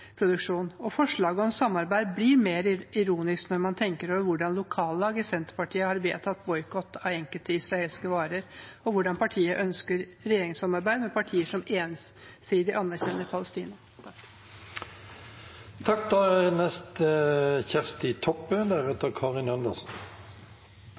Og forslaget om samarbeid blir mer ironisk når man tenker over hvordan lokallag i Senterpartiet har vedtatt boikott av enkelte israelske varer, og hvordan partiet ønsker regjeringssamarbeid med partier som ensidig anerkjenner Palestina. Det er